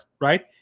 right